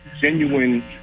genuine